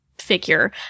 figure